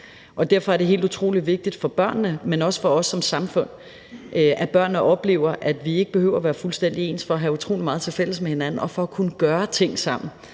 er. Derfor er det helt utrolig vigtigt for børnene, men også for os som samfund, at børnene oplever, at vi ikke behøver være fuldstændig ens for have utrolig meget tilfælles med hinanden og for at kunne gøre ting sammen.